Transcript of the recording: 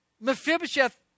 Mephibosheth